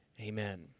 Amen